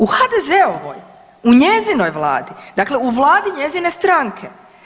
U HDZ-ovoj, u njezinoj Vladi, dakle u Vladi njezine stranke.